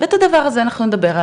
ועל הדבר הזה נדבר,